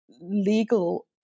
legal